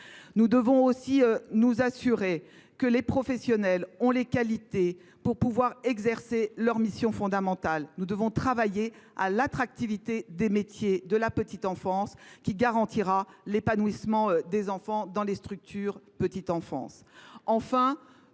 Nous devons aussi nous assurer que les professionnels disposent des qualifications pour exercer leurs missions fondamentales. Nous devons également travailler à l’attractivité des métiers de la petite enfance, ce qui garantira l’épanouissement des enfants dans les structures d’accueil.